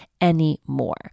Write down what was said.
anymore